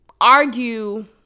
argue